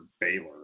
Baylor